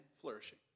flourishing